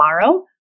tomorrow